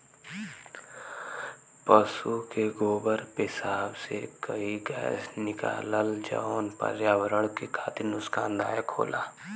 पसु के गोबर पेसाब से कई गैस निकलला जौन पर्यावरण के खातिर नुकसानदायक होला